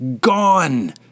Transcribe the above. Gone